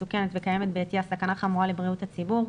מסוכנת וקיימת בעטיה סכנה חמורה לבריאות הציבור,